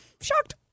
Shocked